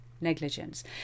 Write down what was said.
negligence